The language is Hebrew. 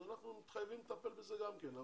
אז אנחנו מתחייבים לטפל בזה גם כן.